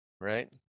right